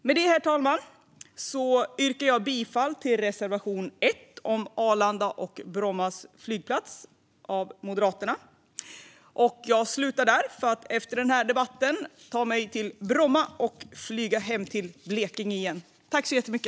Med det, herr talman, yrkar jag bifall till reservation 1 av Moderaterna om Arlanda och Bromma flygplats. Efter den här debatten ska jag ta mig till Bromma och flyga hem till Blekinge.